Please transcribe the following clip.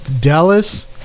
Dallas